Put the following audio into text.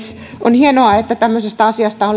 on hienoa että tämmöisestä asiasta